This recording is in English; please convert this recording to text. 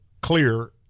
clear